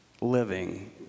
living